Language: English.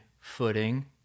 footing